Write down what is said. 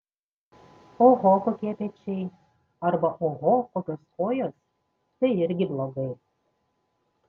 oho kokie pečiai arba oho kokios kojos tai irgi blogai